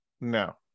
no